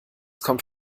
kommt